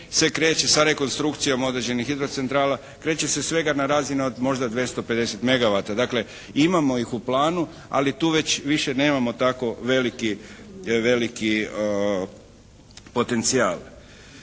se kreće sa rekonstrukcijom određenih centrala, kreće se svega na razini od možda 250 megavata. Dakle, imamo ih u planu ali tu već više nemamo tako veliki potencijal.